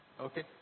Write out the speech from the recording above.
Okay